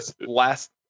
last